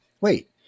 wait